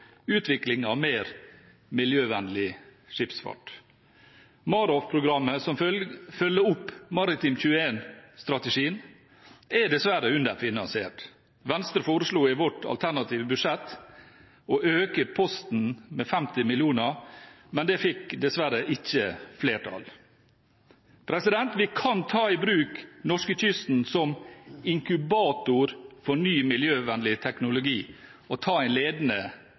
utvikling av mer miljøvennlig skipsfart. MAROFF-programmet, som følger opp Maritim21-strategien, er dessverre underfinansiert. Venstre foreslo i sitt alternative budsjett å øke posten med 50 mill. kr, men det fikk dessverre ikke flertall. Vi kan ta i bruk norskekysten som inkubator for ny miljøvennlig teknologi og ta en ledende